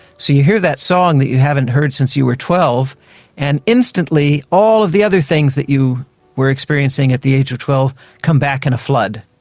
so you hear that song that you haven't heard since you were twelve and instantly all of the other things that you were experiencing at the age of twelve come back in a flood.